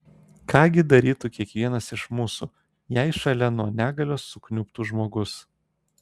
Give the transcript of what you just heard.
ką gi darytų kiekvienas iš mūsų jei šalia nuo negalios sukniubtų žmogus